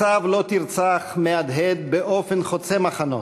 הצו "לא תרצח" מהדהד באופן חוצה מחנות,